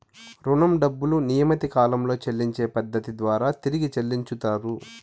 రుణం డబ్బులు నియమిత కాలంలో చెల్లించే పద్ధతి ద్వారా తిరిగి చెల్లించుతరు